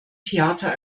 theater